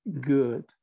good